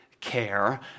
care